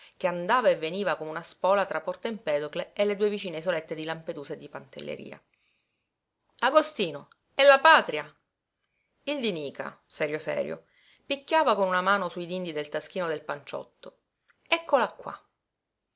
che andava e veniva come una spola tra porto empedocle e le due vicine isolette di lampedusa e di pantelleria agostino e la patria il di nica serio serio picchiava con una mano su i dindi nel taschino del panciotto eccola qua